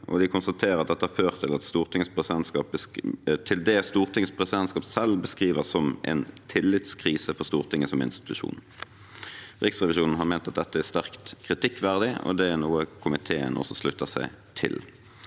de konstaterer at dette har ført til det Stortingets presidentskap selv beskriver som en tillitskrise for Stortinget som institusjon. Riksrevisjonen har ment at dette er sterkt kritikkverdig, og det er noe komiteen også slutter seg til.